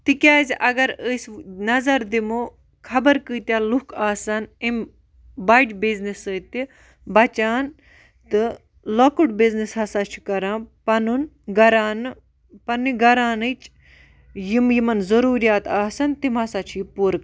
تکیازِ اگر أسۍ نظر دِمو خَبر کیتیاہ لُکھ آسَن امہ بَڑِ بِزنٮ۪س سۭتۍ تہِ بَچان تہٕ لَکُٹ بِزنٮ۪س ہَسا چھُ کَران پَنُن گرانہ پَننہِ گَرانٕچ یِم یِمَن ضرورِیات آسَن تِم ہَسا چھُ یہِ پوٗرٕ